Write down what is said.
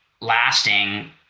lasting